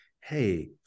Hey